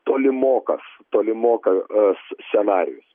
tolimokas tolimokas scenarijus